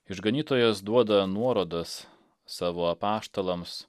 išganytojas duoda nuorodas savo apaštalams